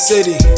City